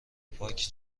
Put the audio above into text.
پاک